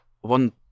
one